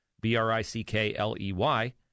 B-R-I-C-K-L-E-Y